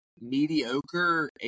mediocre